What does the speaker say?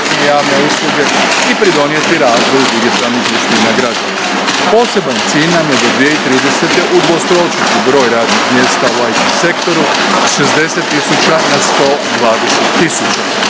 i pridonijeti razvoju digitalnih vještina građana. Poseban cilj nam je do 2030. udvostručiti broj radnih mjesta u IT sektoru, s 60 tisuća na 120